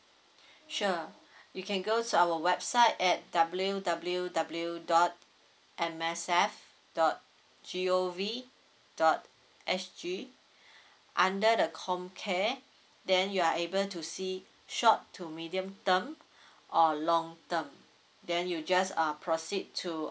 sure you can go to our website at W W W dot M S F dot G O V dot S_G under the comcare then you are able to see short to medium term or long term then you just uh proceed to